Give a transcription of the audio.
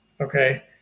okay